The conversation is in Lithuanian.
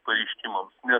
pareiškimams nes